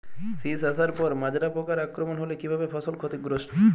শীষ আসার পর মাজরা পোকার আক্রমণ হলে কী ভাবে ফসল ক্ষতিগ্রস্ত?